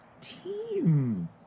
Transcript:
team